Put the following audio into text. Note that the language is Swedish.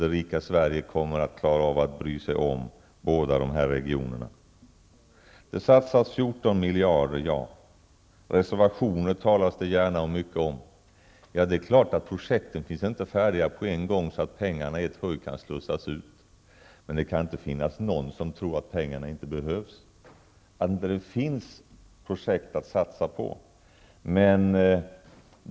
Det rika Sverige kommer att klara av att bry sig om båda dessa regioner. Det satsas 14 miljarder i detta sammanhang -- ja. Reservationer talas det gärna mycket om. Det är klart att projekt inte blir färdiga på en gång, så att pengar i ett huj kan slussas ut. Det kan väl inte finnas någon som inte tror att pengarna behövs, att det inte finns projekt att satsa på.